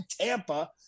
tampa